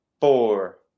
four